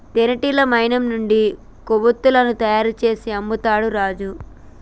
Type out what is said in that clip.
తేనెటీగ మైనం నుండి కొవ్వతులను తయారు చేసి అమ్ముతాండు రాజు